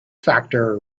factor